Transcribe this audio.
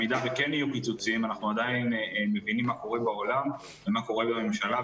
אנחנו מבינים מה קורה בעולם ומה קורה בממשלה.